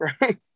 Right